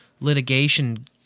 litigation